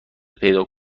پیدا